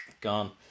gone